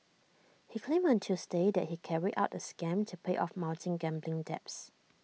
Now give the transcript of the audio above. he claimed on Tuesday that he carried out the scam to pay off mounting gambling debts